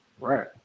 Right